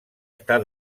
estar